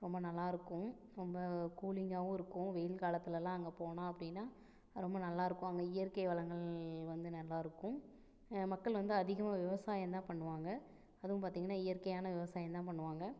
ரொம்ப நல்லா இருக்கும் ரொம்ப கூலிங்காகவும் இருக்கும் வெயில் காலத்துல எல்லாம் அங்கே போனோம் அப்படின்னா ரொம்ப நல்லா இருக்கும் அங்கே இயற்கை வளங்கள் வந்து நல்லா இருக்கும் மக்கள் வந்து அதிகமாக விவசாயம் தான் பண்ணுவாங்க அதுவும் பார்த்தீங்கன்னா இயற்கையான விவசாயம் தான் பண்ணுவாங்க